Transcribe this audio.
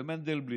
ומנדלבליט.